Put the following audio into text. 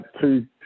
two